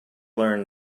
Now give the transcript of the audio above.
learned